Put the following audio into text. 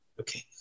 Okay